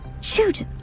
Shoot